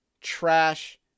trash